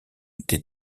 des